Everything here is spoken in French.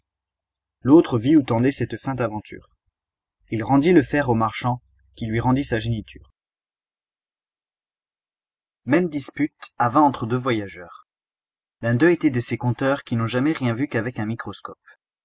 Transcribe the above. l'autre vit où tendait cette feinte aventure il rendit le fer au marchand qui lui rendit sa géniture même dispute advint entre deux voyageurs l'un d'eux était de ces conteurs qui n'ont jamais rien vu qu'avec un microscope